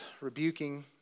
rebuking